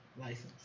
License